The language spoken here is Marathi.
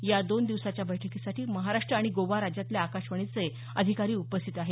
या दोन दिवसाच्या बैठकीसाठी महाराष्ट्र आणि गोवा राज्यातल्या आकाशवाणीचे अधिकारी उपस्थित आहेत